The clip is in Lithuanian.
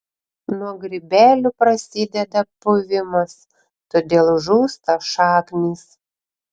nuo grybelių prasideda puvimas todėl žūsta šaknys